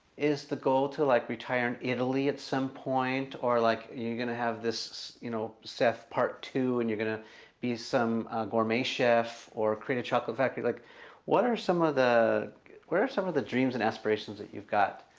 is the goal to like retire in italy at some point or like you're gonna have this, you know, seth part two and you're gonna be some gourmet chef or create a chocolate factory like what are some of the what are some of the dreams and aspirations that you've got?